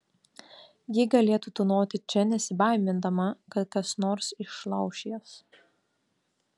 ji galėtų tūnoti čia nesibaimindama kad kas nors išlauš jas